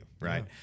right